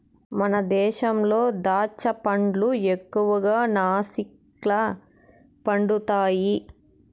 మన దేశంలో దాచ్చా పండ్లు ఎక్కువగా నాసిక్ల పండుతండాయి